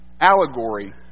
allegory